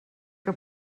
que